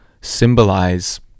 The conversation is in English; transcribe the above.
symbolize